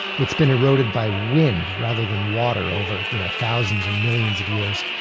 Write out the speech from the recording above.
it's been eroded by wind rather than water over you know thousands and millions of years.